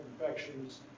infections